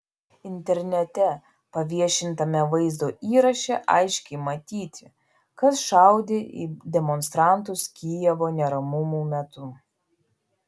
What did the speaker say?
internete paviešintame vaizdo įraše aiškiai matyti kas šaudė į demonstrantus kijevo neramumų metu